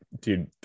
dude